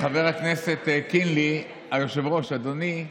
חבר הכנסת קינלי, היושב-ראש, אדוני,